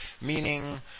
meaning